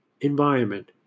environment